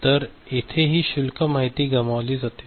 तर येथे ही शुल्क माहिती गमावली जाते